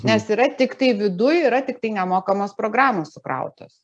nes yra tiktai viduj yra tiktai nemokamos programos sukrautos